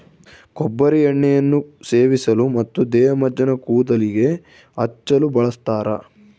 ಕೊಬ್ಬರಿ ಎಣ್ಣೆಯನ್ನು ಸೇವಿಸಲು ಮತ್ತು ದೇಹಮಜ್ಜನ ಕೂದಲಿಗೆ ಹಚ್ಚಲು ಬಳಸ್ತಾರ